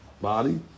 body